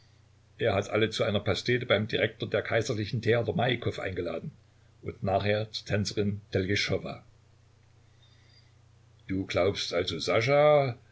er hat alle zu einer pastete beim direktor der kaiserlichen theater maikow eingeladen und nachher zur tänzerin teljeschowa du glaubst also